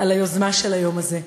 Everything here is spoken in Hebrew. על היוזמה של היום הזה.